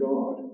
God